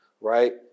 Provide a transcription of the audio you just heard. right